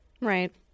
Right